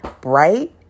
bright